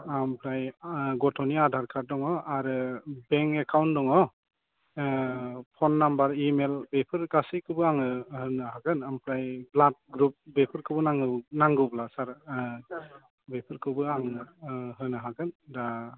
ओमफ्राय गथ'नि आधार कार्ड दङ आरो बेंक एकाउन्ट दङ फन नामबार इमेल बेफोर गासैखौबो आङो होनो हागोन ओमफ्राय ब्लाड ग्रुप बेफोरखौबो नांगौब्ला सार बेफोरखौबो आङो होनो हागोन दा